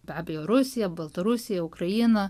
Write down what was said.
be abejo rusija baltarusija ukraina